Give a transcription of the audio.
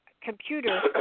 computer